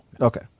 Okay